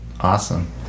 awesome